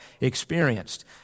experienced